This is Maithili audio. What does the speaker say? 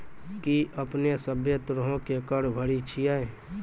कि अपने सभ्भे तरहो के कर भरे छिये?